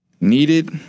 needed